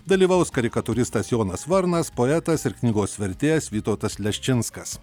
dalyvaus karikatūristas jonas varnas poetas ir knygos vertėjas vytautas leščinskas